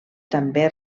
també